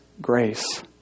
grace